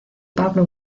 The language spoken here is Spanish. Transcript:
pablo